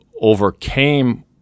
overcame